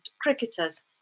cricketers